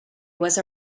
was